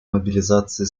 мобилизации